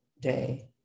day